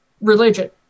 religion